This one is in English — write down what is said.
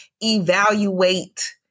evaluate